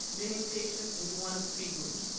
bringing patients into one of three groups,